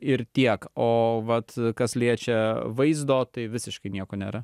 ir tiek o vat kas liečia vaizdo tai visiškai nieko nėra